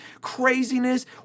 craziness